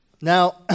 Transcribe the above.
Now